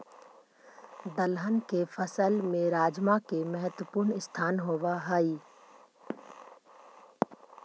दलहन के फसल में राजमा के महत्वपूर्ण स्थान हइ